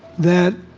that